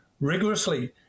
rigorously